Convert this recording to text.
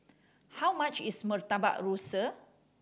how much is Murtabak Rusa